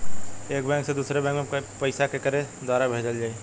एक बैंक से दूसरे बैंक मे पैसा केकरे द्वारा भेजल जाई?